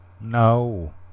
no